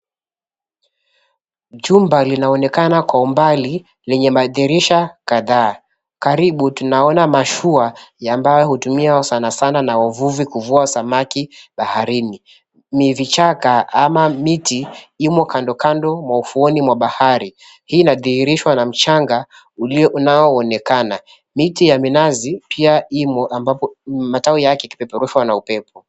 Jumba linaonekana kwa umbali lenye madirisha kadhaa. Karibu tunaona mashua ambayo hutumiwa sanasana na wavuvi kuvua samaki baharini. Ni vichaka ama miti, imo kandokando mwa ufuoni mwa bahari. Hii inadhihirishwa na mchanga unaoonekana. Miti ya minazi pia imo ambapo matawi yake ipeperushwa na upepo.